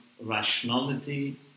rationality